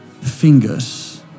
fingers